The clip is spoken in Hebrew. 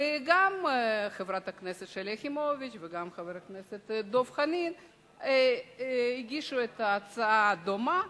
וגם חברת הכנסת שלי יחימוביץ וגם חבר הכנסת דב חנין הגישו הצעה דומה.